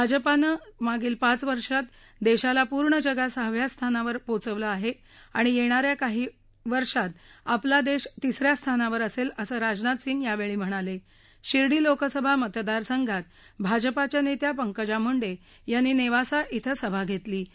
भाजपनं मागील पाच वर्षात दक्षिला पूर्ण जगात सहाव्या स्थानावर पोचवलं आहञ्ञाणि यात्रान्या काही वर्षात आपला दक्षातिसऱ्या स्थानावर असत्तीअसं राजनाथ सिंह यावछी म्हणालक्ष शिर्डी लोकसभा मतदार संघात भाजपाच्या नष्या पंकजा मुंड्यांनी नक्षसा इथं सभा घक्षसी